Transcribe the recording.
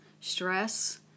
stress